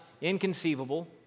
inconceivable